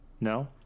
no